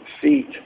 feet